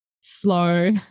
slow